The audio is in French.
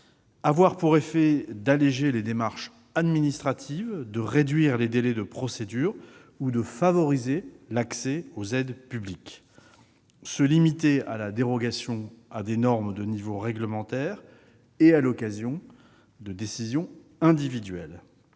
avoir pour effet d'alléger les démarches administratives, de réduire les délais de procédure ou de favoriser l'accès aux aides publiques. Elle doit encore se limiter à la dérogation à des normes de niveau réglementaire, à l'occasion de décisions individuelles.